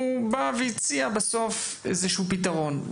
הוא הציע בסוף איזשהו פתרון.